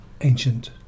ancient